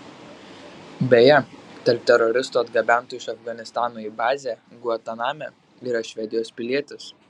beje tarp teroristų atgabentų iš afganistano į bazę gvantaname yra švedijos pilietis